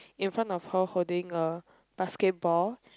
in front of her holding a basketball